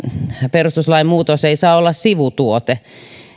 perustuslain muutos ei saa olla sivutuote